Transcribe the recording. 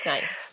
Nice